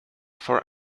for